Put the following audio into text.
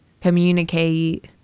communicate